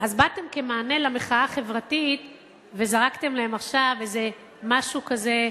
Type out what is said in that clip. באתם כמענה למחאה החברתית וזרקתם להם עכשיו איזה משהו כזה,